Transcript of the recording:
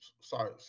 Sorry